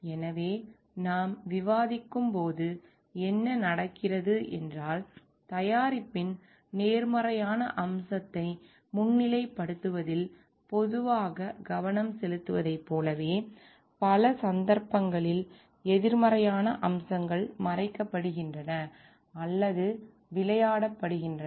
எனவே நாம் விவாதிக்கும்போது என்ன நடக்கிறது என்றால் தயாரிப்பின் நேர்மறையான அம்சத்தை முன்னிலைப்படுத்துவதில் பொதுவாக கவனம் செலுத்துவதைப் போலவே பல சந்தர்ப்பங்களில் எதிர்மறையான அம்சங்கள் மறைக்கப்படுகின்றன அல்லது விளையாடப்படுகின்றன